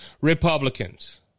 Republicans